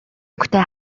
өнгөтэй